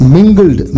Mingled